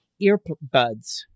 earbuds